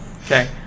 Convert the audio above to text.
Okay